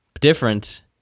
Different